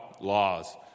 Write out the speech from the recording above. laws